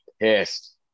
pissed